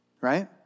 right